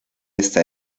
está